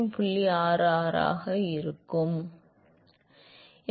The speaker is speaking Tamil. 328 கழித்தல் 1 ஆல் 2 சரி என்பது ஒரு புள்ளியாக இருக்கும்